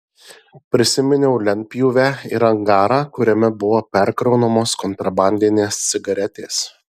prisiminiau lentpjūvę ir angarą kuriame buvo perkraunamos kontrabandinės cigaretės